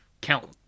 count